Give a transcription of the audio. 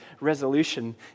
resolution